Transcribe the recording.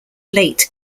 late